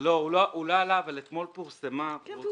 הוא לא עלה, אבל אתמול פורסם נתון.